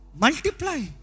Multiply